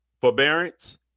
Forbearance